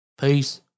Peace